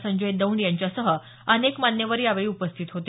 संजय दौंड यांच्यासह अनेक मान्यवर यावेळी उपस्थित होते